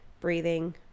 breathing